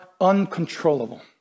uncontrollable